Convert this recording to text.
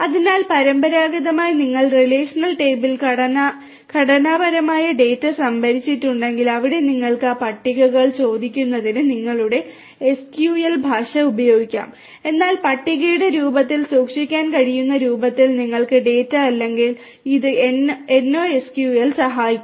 അതിനാൽ പരമ്പരാഗതമായി നിങ്ങൾ റിലേഷണൽ ടേബിളിൽ ഘടനാപരമായ ഡാറ്റ സംഭരിച്ചിട്ടുണ്ടെങ്കിൽ അവിടെ നിങ്ങൾക്ക് ആ പട്ടികകൾ ചോദിക്കുന്നതിന് നിങ്ങളുടെ SQL SQL ഭാഷ ഉപയോഗിക്കാം എന്നാൽ പട്ടികയുടെ രൂപത്തിൽ സൂക്ഷിക്കാൻ കഴിയുന്ന രൂപത്തിൽ നിങ്ങൾക്ക് ഡാറ്റ ഇല്ലെങ്കിൽ ഇത് NoSQL സഹായിക്കും